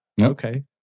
Okay